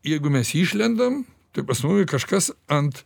jeigu mes išlendam tai pas mumi kažkas ant